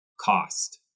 cost